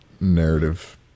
narrative